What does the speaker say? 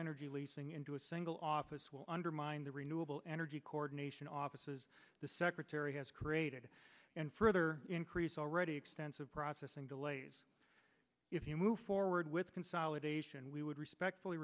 energy leasing into a single office will undermine the renewable energy cord nation offices the secretary has created and further increase already extensive processing delays if you move forward with consolidation we would respectfully